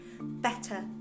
better